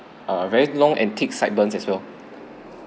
err very long and thick sideburns as well